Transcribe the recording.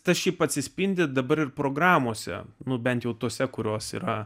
tas atsispindi dabar ir programose nu bent jau tose kurios yra